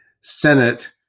Senate